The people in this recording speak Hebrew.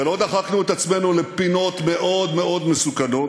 ולא דחקנו את עצמנו לפינות מאוד מסוכנות,